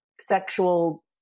sexual